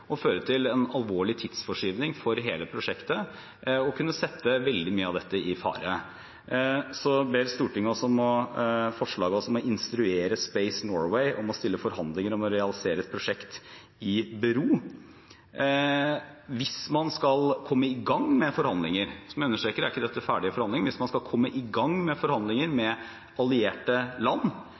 oktober, føre til en alvorlig tidsforskyvning for hele prosjektet og kunne sette veldig mye av dette i fare. Så ber Stortinget oss om – i det neste forslaget – å «instruere Space Norway om å stille forhandlinger om å realisere et prosjekt i bero». Hvis man skal komme i gang med forhandlinger – som jeg understreker, dette er ikke ferdige forhandlinger – med allierte land,